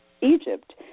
Egypt